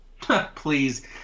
Please